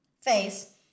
face